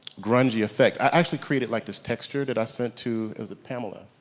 grungy effect. i actually created like this texture that i sent to is it pamela?